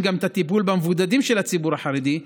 גם את הטיפול במבודדים של הציבור החרדי,